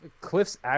Cliff's